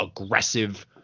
aggressive